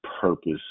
purpose